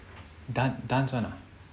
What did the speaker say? dan~ dance one ah